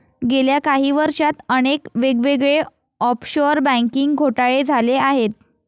गेल्या काही वर्षांत अनेक वेगवेगळे ऑफशोअर बँकिंग घोटाळे झाले आहेत